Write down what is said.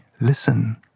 Listen